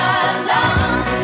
alone